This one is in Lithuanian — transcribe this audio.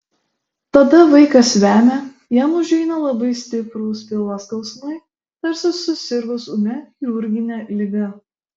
tada vaikas vemia jam užeina labai stiprūs pilvo skausmai tarsi susirgus ūmia chirurgine liga